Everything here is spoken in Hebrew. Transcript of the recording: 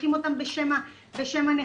ושולחים אותם בשם הנכים,